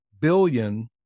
billion